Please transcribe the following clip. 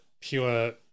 pure